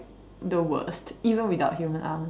the worst even without human arms